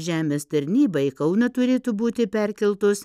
žemės tarnyba į kauną turėtų būti perkeltos